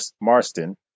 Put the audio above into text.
Marston